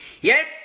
Yes